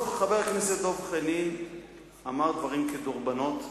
חבר הכנסת דב חנין אמר דברים כדרבונות,